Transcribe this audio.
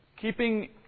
Keeping